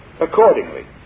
Accordingly